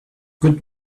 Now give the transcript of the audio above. good